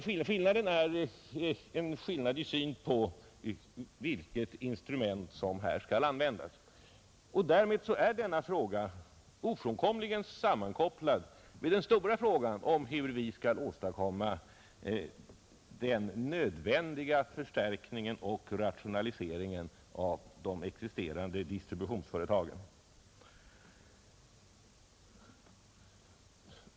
Skillnaden gäller synen på vilket instrument som bör användas. Därmed är denna fråga ofrånkomligen sammankopplad med den stora frågan om hur vi skall åstadkomma den nödvändiga förstärkningen och rationaliseringen av de existerande distributionsföretagen.